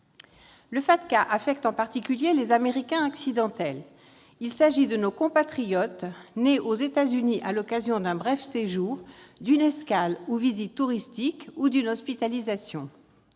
Le FATCA affecte en particulier les « Américains accidentels ». Il s'agit de nos compatriotes nés aux États-Unis à l'occasion d'un bref séjour, d'une escale ou visite touristique ou d'une hospitalisation.